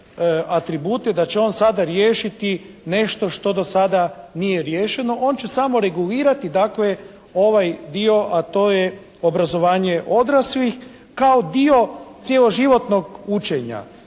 da će on sada riješiti nešto što do sada nije riješeno. On će samo regulirati dakle ovaj dio a to je obrazovanje odraslih kao dio cjeloživotnog učenja.